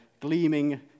gleaming